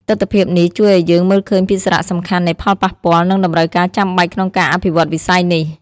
ទិដ្ឋភាពនេះ ជួយឱ្យយើងមើលឃើញពីសារៈសំខាន់នៃផលប៉ះពាល់ និងតម្រូវការចាំបាច់ក្នុងការអភិវឌ្ឍន៍វិស័យនេះ។